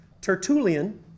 Tertullian